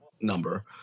number